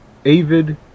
avid